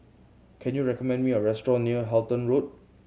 can you recommend me a restaurant near Halton Road